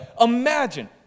imagine